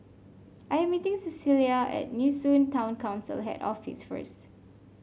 I am meeting Cecelia at Nee Soon Town Council Head Office first